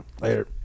Later